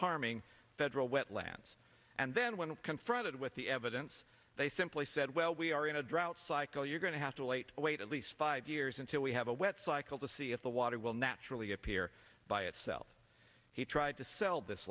harming federal wetlands and then when confronted with the evidence they simply said well we are in a drought cycle you're going to have to wait wait at least five years until we have a wet cycle to see if the water will naturally appear by itself he tried to sell this